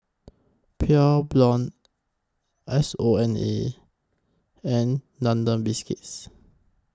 Pure Blonde S O N A and London Biscuits